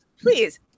please